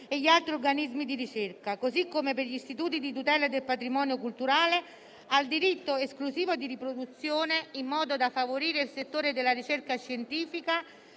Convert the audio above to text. e gli altri organismi di ricerca, così come per gli istituti di tutela del patrimonio culturale, al diritto esclusivo di riproduzione in modo da favorire il settore della ricerca scientifica